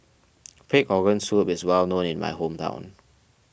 Pig Organ Soup is well known in my hometown